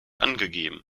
angegeben